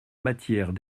matière